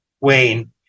Wayne